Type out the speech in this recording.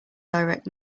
direct